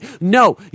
No